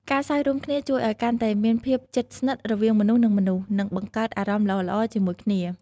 ការសើចរួមគ្នាជួយឲ្យកាន់តែមានភាពជិតស្និទរវាងមនុស្ស នឹងមនុស្ស និងបង្កើតអារម្មណ៍ល្អៗជាមួយគ្នា។